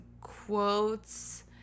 quotes